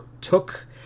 took